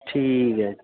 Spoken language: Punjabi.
ਠੀਕ ਹੈ ਜੀ